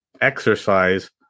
exercise